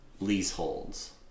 leaseholds